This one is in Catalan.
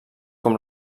com